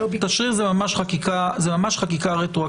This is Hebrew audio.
תשריר זה ממש חקיקה רטרואקטיבית,